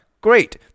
Great